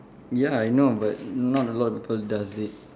ya I know but not a lot of people does it